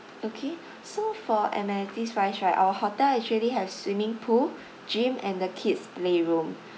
okay so for amenities wise right our hotel actually have swimming pool gym and the kids playroom